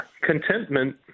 contentment